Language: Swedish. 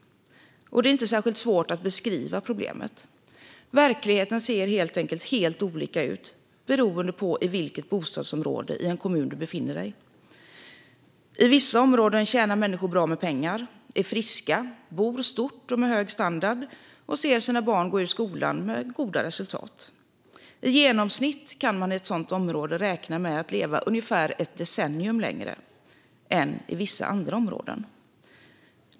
Och det är inte särskilt svårt att beskriva problemet. Verkligheten ser helt enkelt helt olika ut beroende på i vilket bostadsområde i en kommun du befinner dig. I vissa områden tjänar människor bra med pengar, är friska, bor stort och med hög standard och ser sina barn gå ut skolan med goda resultat. I genomsnitt kan man i ett sådant område räkna med att leva ungefär ett decennium längre än i vissa andra områden.